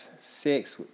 Six